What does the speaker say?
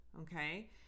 okay